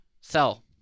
sell